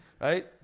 Right